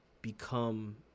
become